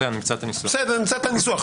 בסדר נמצא את הניסוח,